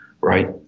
right